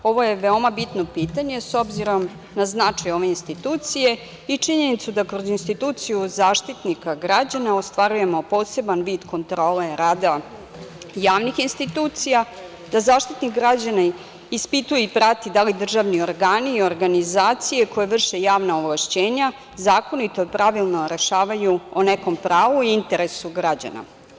Ovo je veoma bitno pitanje, s obzirom na značaj ove institucije i činjenicu da kroz instituciju Zaštitnika građana ostvarujemo poseban vid kontrole rada javnih institucija, da Zaštitnik građana ispituje i prati da li državni organi i organizacije, koje vrše javna ovlašćenja zakonito pravilno rešavaju o nekom pravu i interesu građana.